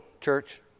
church